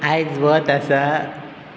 आयज वत आसा